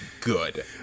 good